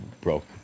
broke